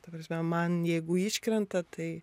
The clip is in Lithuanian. ta prasme man jeigu iškrenta tai